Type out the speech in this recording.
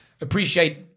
appreciate